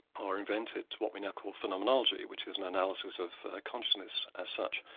or invented, what we now call phenomenonology, which is an analysis of consciousness, as such.